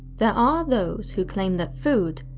there are those who claim that food,